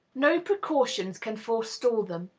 no precautions can forestall them,